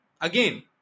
Again